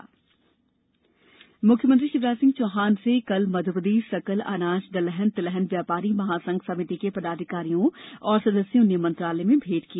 CM व्यापारी संघ भेंट मुख्यमंत्री शिवराज सिंह चौहान से कल मध्यप्रदेश सकल अनाज दलहन तिलहन व्यापारी महासंघ समिति के पदाधिकारियों और सदस्यों ने मंत्रालय में भेंट की